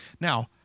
Now